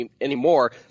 anymore